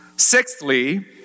Sixthly